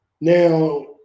Now